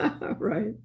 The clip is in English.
right